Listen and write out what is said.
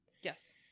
Yes